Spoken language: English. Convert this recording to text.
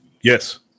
Yes